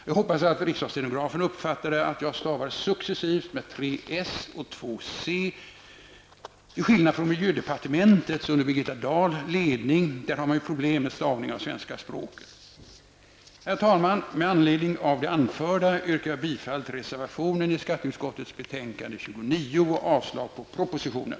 Jag hoppas att riksdagsstenografen uppfattade att jag stavar ordet successivt med tre s och två c-n till skillnad från vad som gäller i miljödepartementet under Birgitta Dahls ledning. Där tycks man ha problem med stavningen i svenska språket. Herr talman! Med anledning av det anförda yrkar jag bifall till vår reservation i skatteutskottets betänkande 29 och avslag på propositionen.